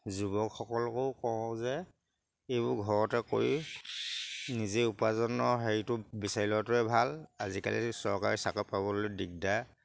যুৱকসকলকো কওঁ যে এইবোৰ ঘৰতে কৰি নিজে উপাৰ্জনৰ হেৰিটো বিচাৰি লোৱাটোৱে ভাল আজিকালি চৰকাৰী চাকৰি পাবলৈ দিগদাৰ